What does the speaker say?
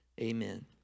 amen